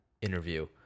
interview